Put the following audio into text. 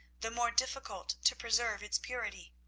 the more difficult to preserve its purity.